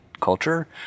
culture